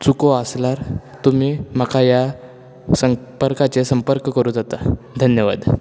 चुको आसल्यार तुमी म्हाका ह्या संपर्काचेर संपर्क करूंक जाता धन्यवाद